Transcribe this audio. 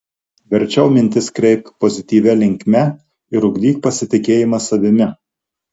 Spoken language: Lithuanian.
verčiau mintis kreipk pozityvia linkme ir ugdyk pasitikėjimą savimi